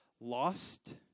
lost